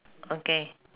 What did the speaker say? okay